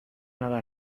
nada